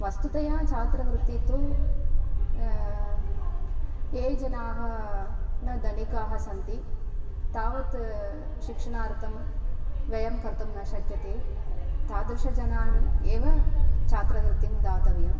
वस्तुतया छात्रवृत्तिः तु ये जनाः न धनिकाः सन्ति तावत् शिक्षणार्थं व्ययं कर्तुं न शक्यते तादृशजनान् एव छात्रवृत्तिं दातव्यम्